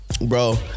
Bro